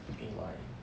think like